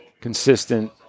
Consistent